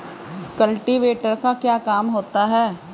Cultivator का क्या काम होता है?